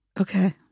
Okay